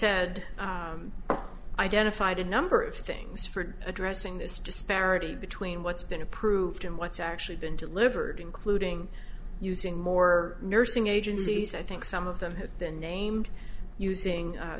a number of things for addressing this disparity between what's been approved and what's actually been delivered including using more nursing agencies i think some of them have been named using